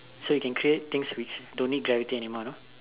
so you can create things which don't need gravity anymore you know